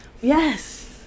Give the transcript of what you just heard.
Yes